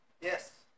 Yes